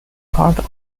part